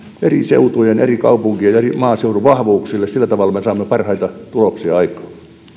eri seutujen eri kaupunkien ja eri maaseutualueiden vahvuuksille sillä tavalla me saamme parhaita tuloksia aikaan